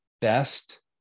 best